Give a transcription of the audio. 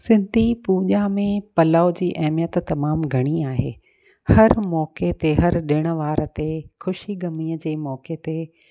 सिंधी पूॼा में पलउ जी अहमियत तमामु घणी आहे हर मौक़े ते हर ॾिण वार ते ख़ुशी ग़मीअ जे मौक़े ते